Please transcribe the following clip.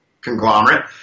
conglomerate